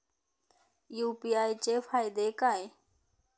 UPI चे फायदे काय?